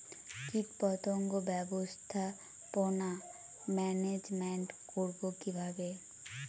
কীটপতঙ্গ ব্যবস্থাপনা ম্যানেজমেন্ট করব কিভাবে?